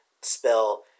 spell